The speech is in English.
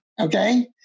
Okay